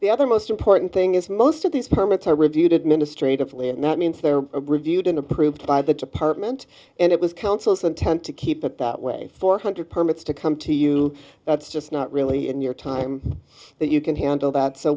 the other most important thing is most of these permits are reviewed administratively and that means they're reviewed and approved by the department and it was council's intent to keep it that way four hundred permits to come to you that's just not really in your time that you can handle that so